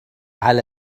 على